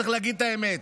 צריך להגיד את האמת.